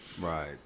Right